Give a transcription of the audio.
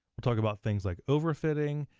we'll talk about things like overfitting,